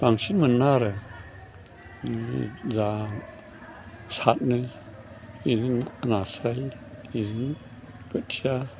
बांसिन मोन्ना आरो जा सादनो बिदिनो नास्राय इलिं बोथिया